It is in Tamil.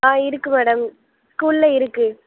ஆ இருக்குது மேடம் ஸ்கூலில் இருக்குது